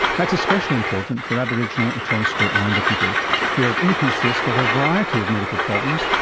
that's especially important for aboriginal and torres strait islander people who are at increased risk of a variety of medical problems,